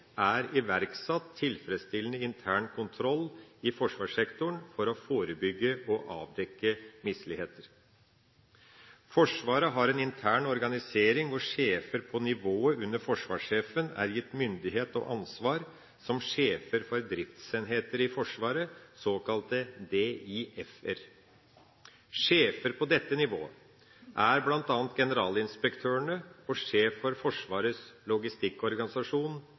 er iverksatt tilfredsstillende intern kontroll i forsvarssektoren for å forebygge og avdekke misligheter. Forsvaret har en intern organisering hvor sjefer på nivået under forsvarssjefen er gitt myndighet og ansvar som sjefer for driftsenheter i Forsvaret, såkalte DIF-er. Sjefer på dette nivået er bl.a. generalinspektørene og sjef for Forsvarets logistikkorganisasjon,